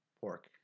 pork